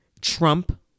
Trump